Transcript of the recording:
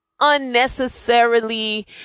unnecessarily